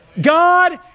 God